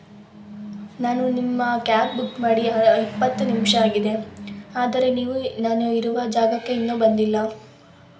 ನಾನು ನಿಮ್ಮ cab book ಮಾಡಿ ಇಪ್ಪತ್ತು ನಿಮಿಷ ಆಗಿದೆ ಆದರೆ ನೀವು ನಾನು ಇರುವ ಜಾಗಕ್ಕೆ ಇನ್ನೂ ಬಂದಿಲ್ಲ